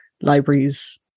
Libraries